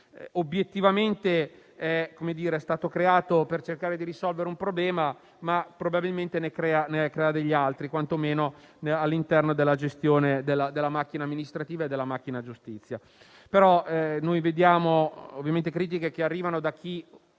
obiettivamente è stato creato per cercare di risolvere un problema, ma probabilmente ne crea degli altri, quantomeno all'interno della gestione della macchina amministrativa e della macchina giustizia.